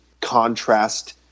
contrast